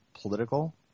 political